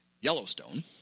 Yellowstone